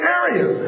area